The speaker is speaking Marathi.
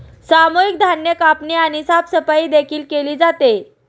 सामूहिक धान्य कापणी आणि साफसफाई देखील केली जाते